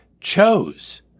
chose